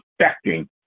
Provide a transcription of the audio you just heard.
affecting